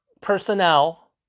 personnel